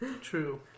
True